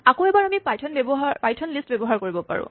আকৌ এবাৰ আমি পাইথন লিষ্ট ব্যৱহাৰ কৰিব পাৰো